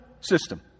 system